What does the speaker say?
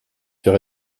fait